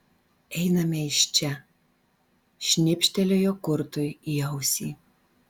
einame iš čia šnibžtelėjo kurtui į ausį